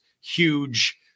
huge